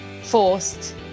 forced